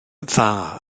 dda